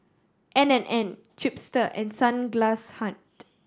N and N Chipster and Sunglass Hut